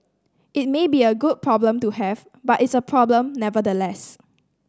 it may be a good problem to have but it's a problem nevertheless